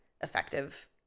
effective